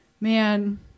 man